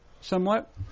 somewhat